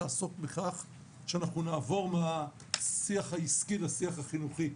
הזו תעסוק בכך כשנעבור מהשיח העסקי לשיח החינוכי.